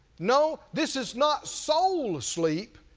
no, this is not soul sleep,